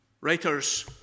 Writers